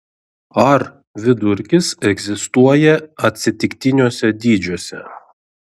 ar vidurkis egzistuoja atsitiktiniuose dydžiuose